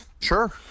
Sure